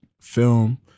film